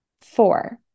Four